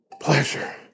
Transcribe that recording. pleasure